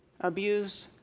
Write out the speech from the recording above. abused